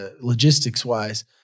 logistics-wise